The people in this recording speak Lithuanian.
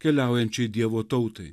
keliaujančiai dievo tautai